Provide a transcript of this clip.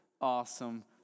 awesome